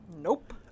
Nope